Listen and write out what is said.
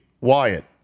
Wyatt